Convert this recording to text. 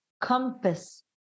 compass